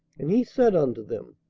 and he said unto them,